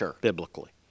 biblically